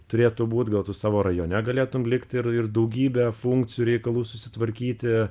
turėtų būt gal tu savo rajone galėtum likt ir ir daugybę funkcijų reikalų susitvarkyti